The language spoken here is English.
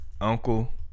Uncle